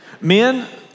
Men